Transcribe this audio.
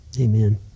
amen